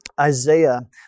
Isaiah